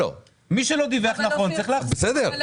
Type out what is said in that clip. מי שלא דיווח נכון צריך היה להחזיר.